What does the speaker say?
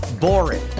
boring